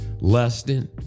Lusting